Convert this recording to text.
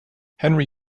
henry